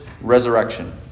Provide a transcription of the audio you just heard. resurrection